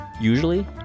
usually